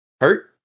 hurt